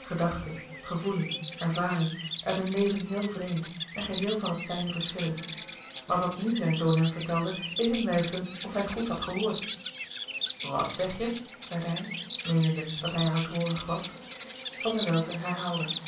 gedachte gevoelen ervaring uit een leven heel vreemd en geheel van het zijne verschillend maar wat nu zijn zoon hem vertelde deed hem weifelen of hij goed had gehoord wat zeg je zeide hij meenende dat hij hardhoorig was louis couperus de boeken der kleine zielen van der welcke